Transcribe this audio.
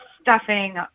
stuffing